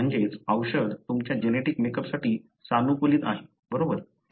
म्हणजेच औषध तुमच्या जेनेटिक मेकअपसाठी सानुकूलित आहे बरोबर